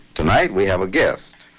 tonight, we have a guest.